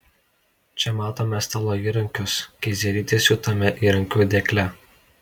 čia matome stalo įrankius keizerytės siūtame įrankių dėkle